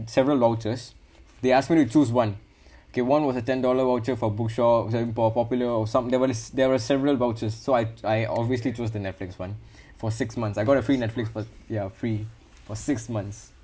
several vouchers they ask me to choose one K one with a ten dollar voucher for bookshops for popular or something there were the~ there are several vouchers so I I obviously choose the netflix one for six months I got a free netflix for ya free for six months